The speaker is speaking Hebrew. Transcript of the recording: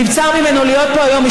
נבצר ממנו להיות פה היום,